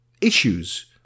issues